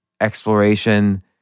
exploration